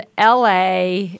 LA